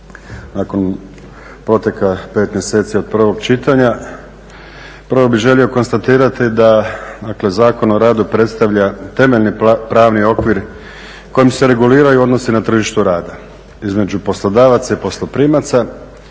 nakon proteka 5 mjeseci od prvog čitanja. Prvo bih želio konstatirati da dakle Zakon o radu predstavlja temeljni pravni okvir kojim se reguliraju odnosi na tržištu rada između poslodavaca i posloprimaca